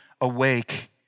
awake